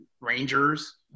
Rangers